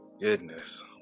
goodness